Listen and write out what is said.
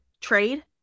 trade